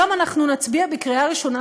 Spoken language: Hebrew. היום אנחנו נצביע בקריאה ראשונה,